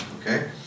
Okay